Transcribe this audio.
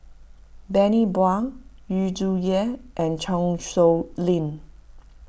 Bani Buang Yu Zhuye and Chan Sow Lin